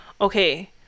Okay